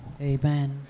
Amen